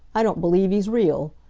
i don't believe he's real.